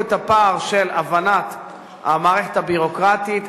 את הפער של הבנת המערכת הביורוקרטית,